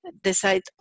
decide